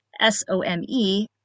s-o-m-e